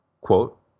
quote